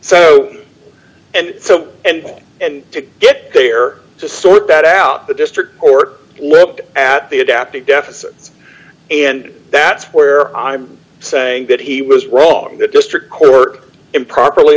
so and so and and to get there to sort that out the district court look at the adaptive deficit's and that's where i'm saying that he was wrong the district court improperly